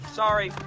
sorry